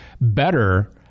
better